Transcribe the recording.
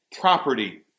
property